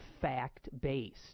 fact-based